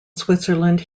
switzerland